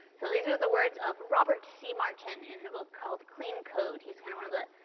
so, these are the words of robert c. martin in a book called clean code. he's kind of one of the